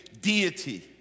deity